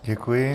Děkuji.